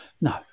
no